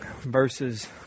verses